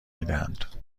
میدهند